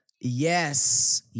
Yes